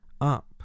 up